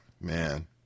Man